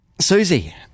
Susie